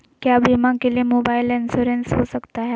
क्या बीमा के लिए मोबाइल इंश्योरेंस हो सकता है?